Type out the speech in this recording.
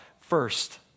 first